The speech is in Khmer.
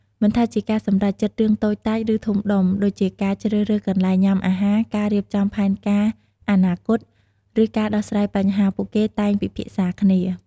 មិនថាជាការសម្រេចចិត្តរឿងតូចតាច ឬធំដុំ ដូចជាការជ្រើសរើសកន្លែងញ៉ាំអាហារ ការរៀបចំផែនការអនាគត ឬការដោះស្រាយបញ្ហា ពួកគេតែងពិភាក្សាគ្នា។